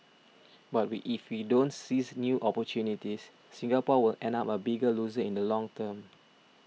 but if we don't seize new opportunities Singapore will end up a bigger loser in the long term